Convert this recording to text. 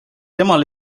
temal